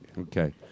Okay